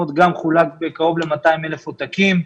זה גם חולק בקרוב ל-200,000 עותקים.